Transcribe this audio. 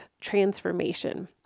transformation